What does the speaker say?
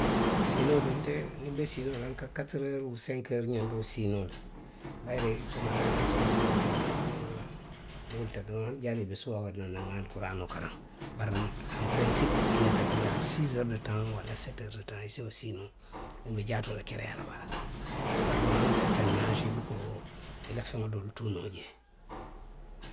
Siinoo de nte niŋ nbe siinoo la nka kaatiri ooro uu senki ooro ňandoo siinoo le. Bayiri somondaa hani nsi wuli juuna niŋ nŋa, niŋ nŋa, nwulita doroŋ, hani janniŋ i be subaa wadani la doroŋ nŋa alikuraanoo karaŋ. Bari aŋ perensipu a ňanta ke la siisi oori de taŋ waraŋ seti oori de taŋ i se wo siinoo noo. Wo be jaatoo la kereyaa le bala. Bari a oŋ serteni aasi, i buka woo, i la feŋolu wo doolu tuu noo jee.